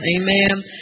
Amen